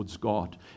God